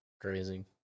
crazy